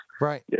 Right